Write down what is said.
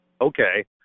Okay